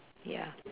ya